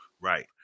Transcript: Right